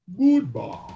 goodbye